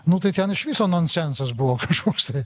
nu tai ten iš viso nonsensas buvo kažkoks tai